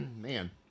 man